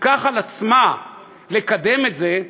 תיקח על עצמה לקדם את זה,